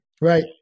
Right